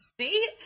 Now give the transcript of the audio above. See